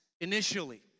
initially